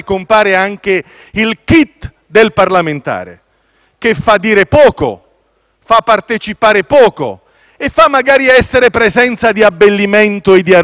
fa partecipare poco e magari fa essere presenza di abbellimento e di arredamento. Poi, abbiamo anche sentito dire che c'è una via d'uscita tecnologica,